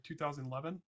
2011